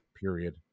period